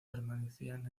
permanecían